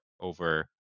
over